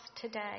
today